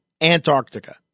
Antarctica